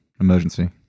emergency